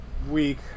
week